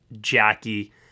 Jackie